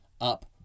up